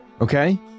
okay